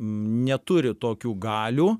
neturi tokių galių